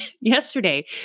yesterday